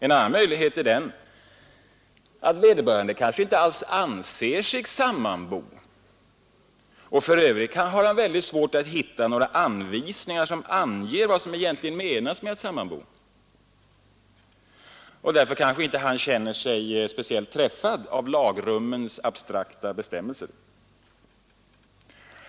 En annan möjlighet är den, att vederbörande kanske inte alls anser sig sammanbo — och för övrigt kan ha mycket svårt att finna några anvisningar som anger vad som egentligen menas med att sammanbo och därför kanske inte känner sig speciellt tri abstrakta bestämmelser.